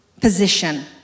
position